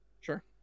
Sure